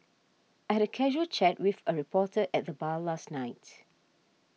I had a casual chat with a reporter at the bar last night